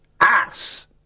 ass